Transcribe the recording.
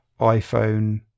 iPhone